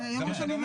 הראשון.